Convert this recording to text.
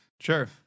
Sure